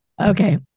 Okay